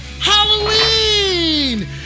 halloween